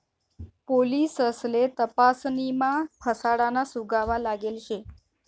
पोलिससले तपासणीमा फसाडाना सुगावा लागेल शे